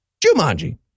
Jumanji